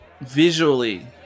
visually